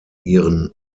ihren